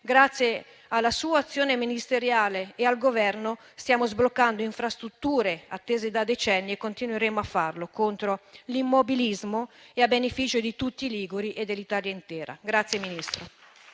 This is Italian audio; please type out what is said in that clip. Grazie alla sua azione ministeriale e al Governo stiamo sbloccando infrastrutture attese da decenni e continueremo a farlo, contro l'immobilismo e a beneficio di tutti i liguri e dell'Italia intera. Grazie, Ministro.